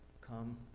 Come